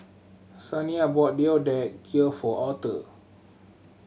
Saniya bought Deodeok Gui for Author